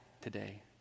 today